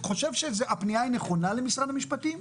חושב שהפנייה למשרד המשפטים היא נכונה,